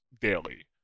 daily